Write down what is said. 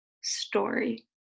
story